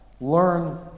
Learn